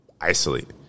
isolate